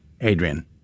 Adrian